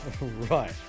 Right